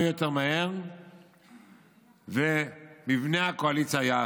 יותר מהר ומבנה הקואליציה היה אחר.